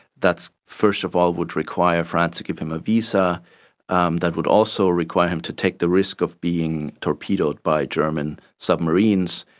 first of all would require france to give him a visa, and that would also require him to take the risk of being torpedoed by german submarines,